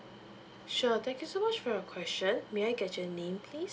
sure thank you so much for your question may I get your name please